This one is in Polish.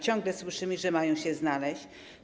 Ciągle słyszymy, że mają się znaleźć.